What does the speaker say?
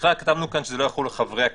ככלל כתבנו כאן שזה לא יחול על חברי הכנסת.